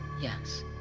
Yes